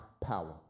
power